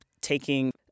taking